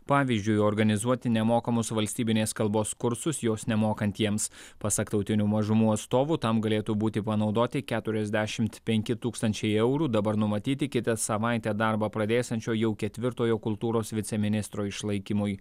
pavyzdžiui organizuoti nemokamus valstybinės kalbos kursus jos nemokantiems pasak tautinių mažumų atstovų tam galėtų būti panaudoti keturiasdešimt penki tūkstančiai eurų dabar numatyti kitą savaitę darbą pradėsiančio jau ketvirtojo kultūros viceministro išlaikymui